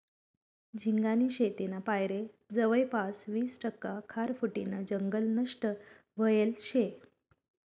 झिंगानी शेतीना पायरे जवयपास वीस टक्का खारफुटीनं जंगल नष्ट व्हयेल शे